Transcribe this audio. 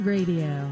Radio